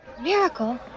Miracle